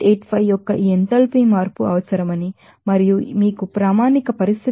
85 యొక్క ఈ ఎంథాల్పీ మార్పు అవసరమని మరియు మీకు స్టాండర్డ్ కండిషన్ తెలుసు